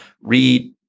read